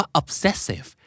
obsessive